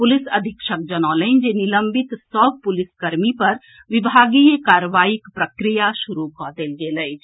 police अधीक्षक जनौलनि जे निलंबित सभ पुलिस कर्मी पर विभागीय कार्रवाइक प्रक्रिया शुरू कऽ देल गेल अछि